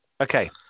okay